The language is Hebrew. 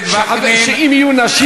שאם יהיו נשים,